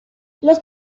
los